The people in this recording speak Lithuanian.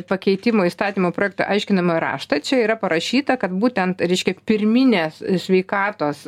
pakeitimo įstatymo projekto aiškinamąjį raštą čia yra parašyta kad būtent reiškia pirminės sveikatos